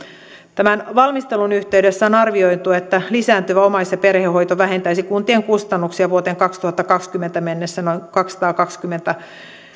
tämän valmistelun yhteydessä on arvioitu että lisääntyvä omais ja perhehoito vähentäisi kuntien kustannuksia vuoteen kaksituhattakaksikymmentä mennessä noin kaksisataakaksikymmentä